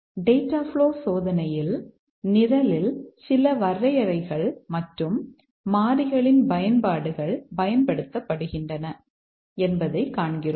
data flow சோதனையில் நிரலில் சில வரையறைகள் மற்றும் மாறிகளின் பயன்பாடுகள் பயன்படுத்தப்படுகின்றன என்பதைக் காண்கிறோம்